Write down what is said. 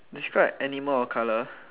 describe animal or colour